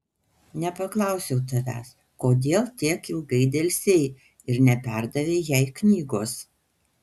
nepaklausiau tavęs kodėl tiek ilgai delsei ir neperdavei jai knygos